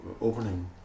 opening